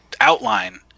outline